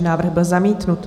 Návrh byl zamítnut.